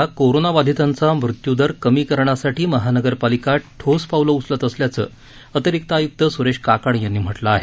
मुंबईतला कोरानाबाधितांचा मृत्यूदर कमी करण्यासाठी महानगरपालिका ठोस पावलं उचलत असल्याचं अतिरिक्त आयुक्त सुरेश काकाणी यांनी म्हटलं आहे